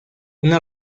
una